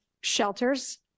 shelters